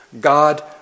God